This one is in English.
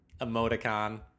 emoticon